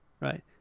right